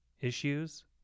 issues